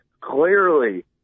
clearly